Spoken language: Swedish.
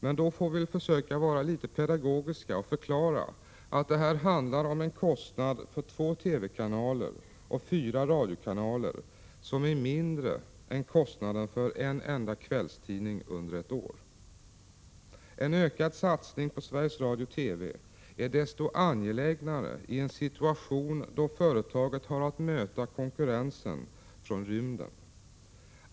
Men då får vi försöka vara litet pedagogiska och förklara att det handlar om en kostnad för två TV-kanaler och fyra radiokanaler som är mindre än kostnaden för en enda kvällstidning under ett år. En ökad satsning på Sveriges Radio/TV är desto angelägnare i en situation då företaget har att möta konkurrensen från rymden.